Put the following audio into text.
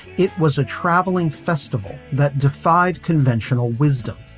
it was a travelling festival that defied conventional wisdom.